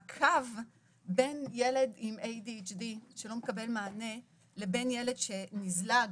הקו בין ילד עם ADHD שלא מקבל מענה לבין ילד שנזלג